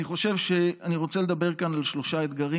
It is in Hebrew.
אני רוצה לדבר כאן על שלושה אתגרים.